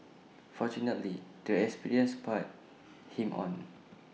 fortunately the experience spurred him on